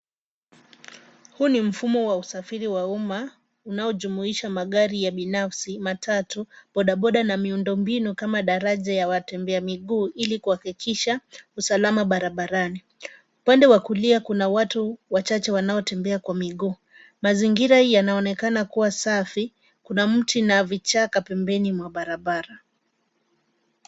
Huu ni mfumo wa usafiri wa umma unaojumuisha magari ya binafsi, matatu, bodaboda na miundo mbinu kama daraja ya watembea miguu, ilikuhakikisha usalama barabarani. Upande wa kulia kuna watu wachache wanaotembea kwa miguu. Mazingira hii yanaonekana kuwa safi, kuna mti na vichaka pembeni mwa barabara.